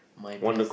my brain's